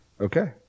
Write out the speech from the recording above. Okay